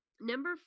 number